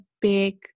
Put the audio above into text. big